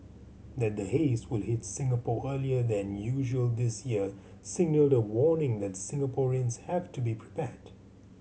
that the haze will hit Singapore earlier than usual this year signalled the warning that Singaporeans have to be prepared